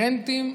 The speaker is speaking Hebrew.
אינהרנטיים,